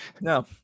no